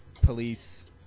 police